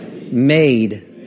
made